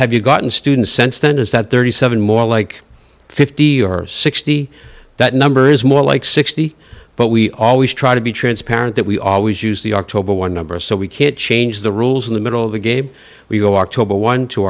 have you gotten student sense then is that thirty seven more like fifty or sixty that number is more like sixty but we always try to be transparent that we always use the october one number so we can't change the rules in the middle of the game we go october one t